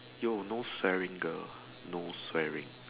yo no swearing girl no swearing